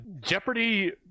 Jeopardy –